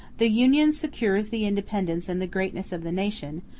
the union secures the independence and the greatness of the nation,